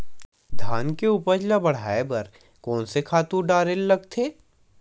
धान के उपज ल बढ़ाये बर कोन से खातु डारेल लगथे?